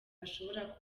bashobora